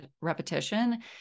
repetition